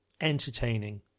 entertaining